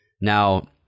Now